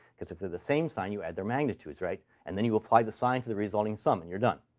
because if they're the same sign, you add their magnitudes, right? and then you apply the sign to the resulting sum, and you're done.